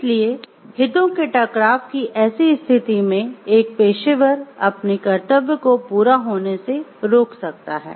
इसलिए हितों के टकराव की ऐसी स्थिति में एक पेशेवर अपने कर्तव्य को पूरा होने से रोक सकता है